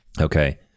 Okay